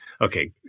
Okay